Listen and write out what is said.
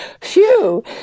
Phew